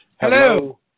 Hello